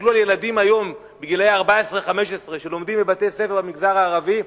תסתכלו על ילדים בני 14 15 שלומדים בבתי-ספר במגזר הערבי,